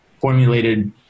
formulated